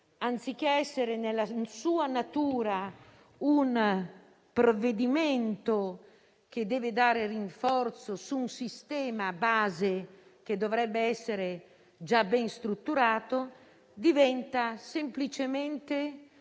anziché essere, nella sua natura, un provvedimento che rinforza un sistema base che dovrebbe essere già ben strutturato, diventa semplicemente